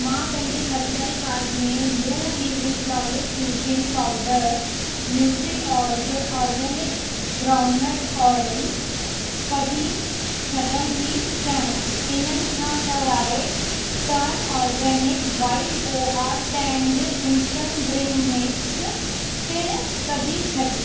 मां पंहिंजे ख़रीदारी काट में Blue Heaven flawless finishing powder Nutriorg organic groundnut oil कढी छॾण थी चाहियां इन्हनि खां सवाइ turn organic white poha Tang instant drink mix पिणु कढी छॾियो